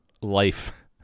life